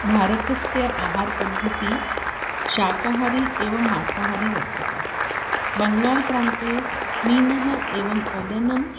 भारतस्य आहारपद्धतिः शाकाहारी एवं मांसाहारी वर्तते बङ्गाल् प्रान्ते मीनः एवम् ओदनं